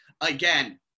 again